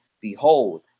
Behold